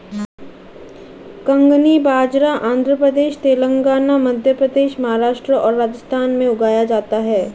कंगनी बाजरा आंध्र प्रदेश, तेलंगाना, मध्य प्रदेश, महाराष्ट्र और राजस्थान में उगाया जाता है